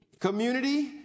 Community